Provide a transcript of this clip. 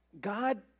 God